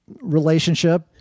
relationship